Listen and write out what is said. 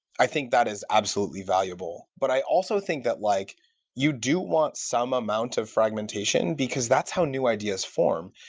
i think that is absolutely valuable. but i also think that like you do want some amount of fragmentation, because that's how new ideas form.